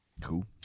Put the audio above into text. Cool